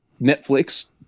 netflix